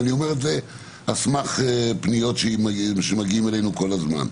אני אומר את זה על סמך פניות שמגיעות אלי כל הזמן.